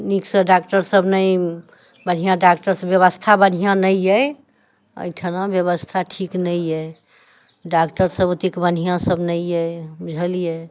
नीकसँ डॉक्टर सब नहि बढ़िआँ डॉक्टर सब व्यवस्था बढ़िआँ नहि अइ अइठना व्यवस्था ठीक नहि अइ डॉक्टर सब ओतेक बढ़िआँ सब नहि अइ बुझलियै